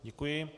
Děkuji.